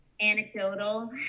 anecdotal